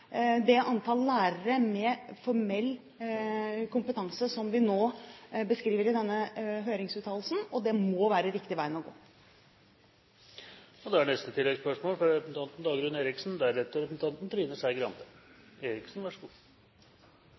Det kommer til å være meget krevende å klare å rekruttere det antall lærere med formell kompetanse som vi nå beskriver i denne høringsuttalelsen, og det må være den riktige veien å gå. Dagrun Eriksen